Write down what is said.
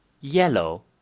yellow